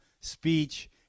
speech